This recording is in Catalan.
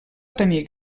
tenir